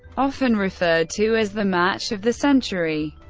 often referred to as the match of the century.